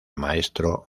maestro